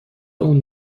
اون